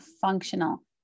functional